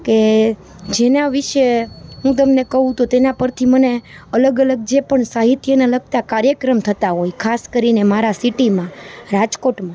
કે જેના વિશે હું તમને કહું તો તેના પરથી મને અલગ અલગ જે પણ સાહિત્યને લગતા કાર્યક્રમ થતા હોય ખાસ કરીને મારા સિટીમાં રાજકોટમાં